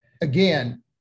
Again